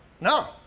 no